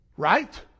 Right